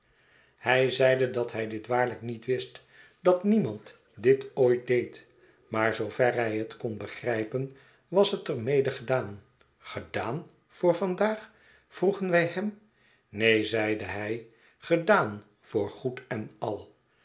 hij zeide dat hij dit waarlijk niet wist dat niemand dit ooit deed maar zoover hij het kon begrijpen was het er mede gedaan gedaan voor vandaag vroegen wij hem neen zeide hij gedaan voor goed en al